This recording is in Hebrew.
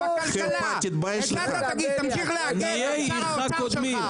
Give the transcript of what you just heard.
רגע, בליאק -- תמשיך להגן על שר האוצר שלך.